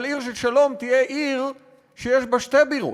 אבל עיר של שלום תהיה עיר שיש בה שתי בירות: